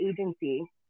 agency